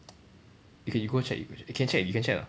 okay you go check you can check you can check or not